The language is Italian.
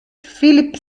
philip